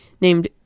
named